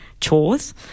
Chores